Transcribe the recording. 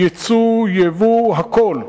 ייצוא, ייבוא הכול.